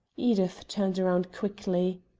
edith turned round quickly.